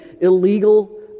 illegal